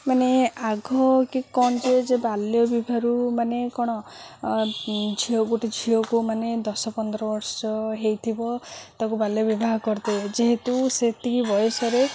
ମାନେ ଆଗ କି କ'ଣ ଯେ ଯେ ବାଲ୍ୟ ବିବାହାରୁ ମାନେ କ'ଣ ଝିଅ ଗୋଟେ ଝିଅକୁ ମାନେ ଦଶ ପନ୍ଦର ବର୍ଷ ହେଇଥିବ ତାକୁ ବାଲ୍ୟ ବିବାହ କରିଦେବେ ଯେହେତୁ ସେତିକି ବୟସରେ